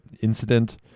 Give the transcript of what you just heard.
incident